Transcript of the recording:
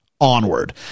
onward